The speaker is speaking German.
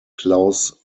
klaus